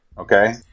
okay